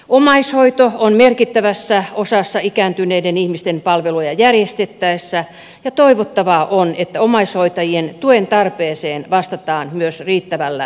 omaishoito on merkittävässä osassa ikääntyneiden ihmisten palveluja järjestettäessä ja toivottavaa on että omaishoitajien tuen tarpeeseen vastataan myös riittävällä rahoituksella